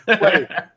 Wait